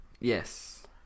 Yes